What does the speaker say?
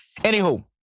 Anywho